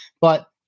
But-